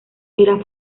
era